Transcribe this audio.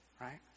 right